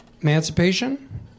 emancipation